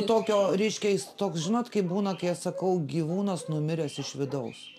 tokio reiškia jis toks žinot kaip būna kai aš sakau gyvūnas numiręs iš vidaus